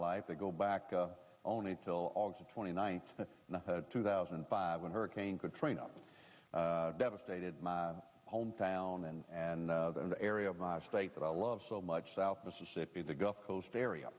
life to go back only till august twenty ninth two thousand and five when hurricane katrina devastated my hometown and an area of my state that i love so much south mississippi the gulf coast area